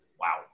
Wow